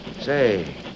say